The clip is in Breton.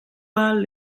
all